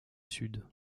sud